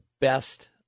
best